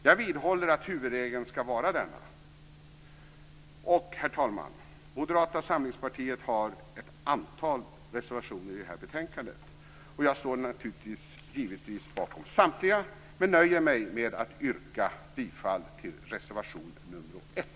Jag vidhåller att huvudregeln skall vara denna. Herr talman! Moderata samlingspartiet har ett antal reservationer i det här betänkandet. Jag står givetvis bakom samtliga men nöjer mig med att yrka bifall till reservation 1.